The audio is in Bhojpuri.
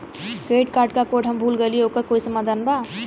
क्रेडिट कार्ड क कोड हम भूल गइली ओकर कोई समाधान बा?